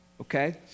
Okay